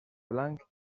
blanc